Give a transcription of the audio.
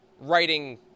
writing